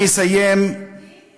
מדינה יהודית?